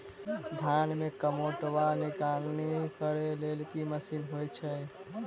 धान मे कमोट वा निकौनी करै लेल केँ मशीन होइ छै?